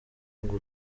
ngo